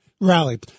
rally